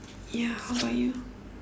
ya how about you